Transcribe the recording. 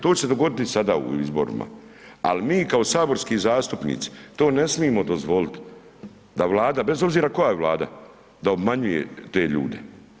To će se dogoditi i sada u izborima, ali mi kao saborski zastupnici to ne smimo dozvolit, da Vlada bez obzira koja je vlada, da obmanjuje te ljude.